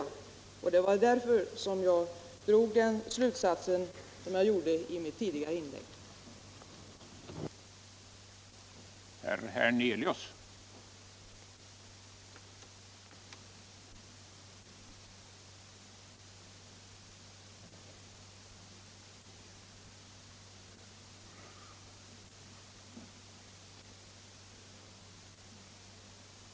Det var därför som jag drog den slutsats som jag framförde i mitt tidigare inkäigg.